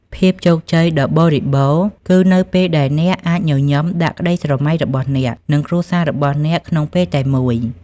ភាពជោគជ័យដ៏បរិបូរណ៍ គឺនៅពេលដែលអ្នកអាចញញឹមដាក់ក្តីស្រមៃរបស់អ្នក និងគ្រួសាររបស់អ្នកក្នុងពេលតែមួយ។